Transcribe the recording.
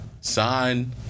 Sign